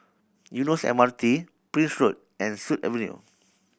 Eunos M R T Prince Road and Sut Avenue